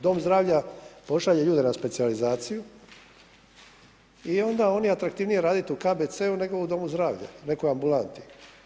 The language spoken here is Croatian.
Dom zdravlja pošalje ljude na specijalizaciju i onda oni atraktivnije je raditi u KBC-u, nego u domu zdravlja u nekoj ambulanti.